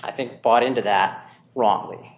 i think bought into that wrongly